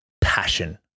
passion